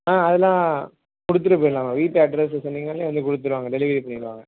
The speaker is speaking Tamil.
ஆ அதெலாம் கொடுத்துட்டு போயிடலாமா வீட்டை அட்ரெஸை சொன்னீங்கன்னாலே வந்து கொடுத்துடுவாங்க டெலிவரி பண்ணிவிடுவாங்க